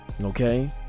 Okay